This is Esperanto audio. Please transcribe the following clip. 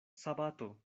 sabato